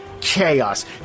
chaos